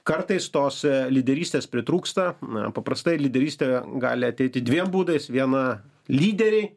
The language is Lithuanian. kartais tos lyderystės pritrūksta na paprastai lyderystė gali ateiti dviem būdais viena lyderiai